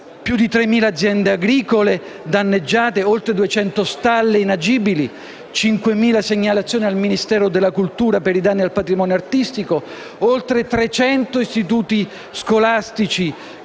più di 3.000 aziende agricole danneggiate; oltre 200 stalle inagibili; 5.000 segnalazioni al Ministero della cultura per i danni al patrimonio artistico; oltre 300 istituti scolastici